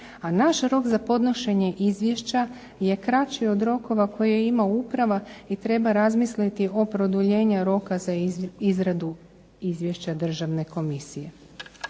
a naš rok za podnošenje Izvješća je kraći od rokova koje ima uprava i treba razmisliti o produljenju roka za izradu Izvješća Državne komisije.